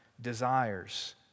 desires